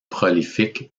prolifiques